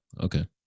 okay